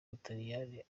butaliyani